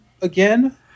Again